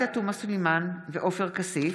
עאידה תומא סלימאן ועופר כסיף,